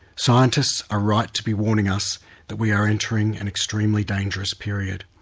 scientists are right to be warning us that we are entering an extremely dangerous period.